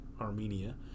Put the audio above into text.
Armenia